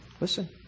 Listen